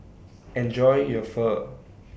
Enjoy your Pho